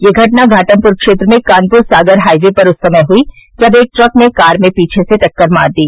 यह घटना घाटमपुर क्षेत्र में कानपुर सागर हाईवे पर उस समय हुई जब एक ट्रक ने कार में पीछे से टक्कर मार दी